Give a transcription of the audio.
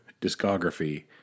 discography